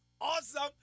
awesome